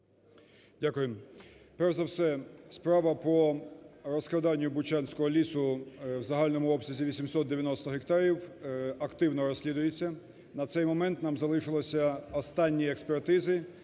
Дякую. Перш за все справа по розкраданню бучанського лісу в загальному обсязі 890 гектарів активно розслідується. На цей момент нам залишилося останні експертизи,